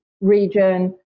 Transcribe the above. region